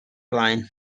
blaen